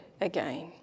again